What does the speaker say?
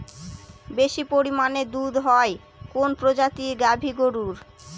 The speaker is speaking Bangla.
বেশি পরিমানে দুধ হয় কোন প্রজাতির গাভি গরুর?